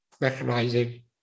recognizing